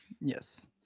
Yes